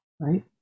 right